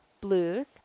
Blues